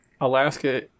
Alaska